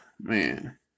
man